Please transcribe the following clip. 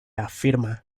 afirma